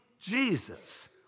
Jesus